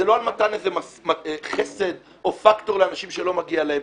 זה לא על מתן איזה חסד או פקטור לאנשים שלא מגיע להם.